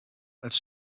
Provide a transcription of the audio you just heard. als